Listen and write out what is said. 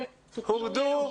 "הורדו",